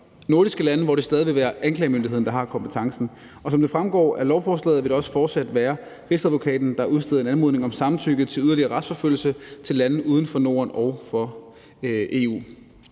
nordiske lande, hvor det stadig vil være anklagemyndigheden, der har kompetencen. Og som det fremgår af lovforslaget, vil det også fortsat være Rigsadvokaten, der udsteder en anmodning om samtykke til yderligere retsforfølgelse til lande uden for Norden og EU.